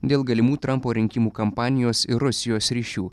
dėl galimų trampo rinkimų kampanijos ir rusijos ryšių